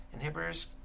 inhibitors